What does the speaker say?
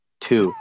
two